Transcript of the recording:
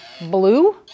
blue